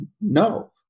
no